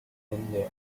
india